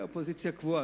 אופוזיציה קבועה,